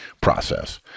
process